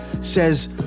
says